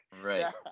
Right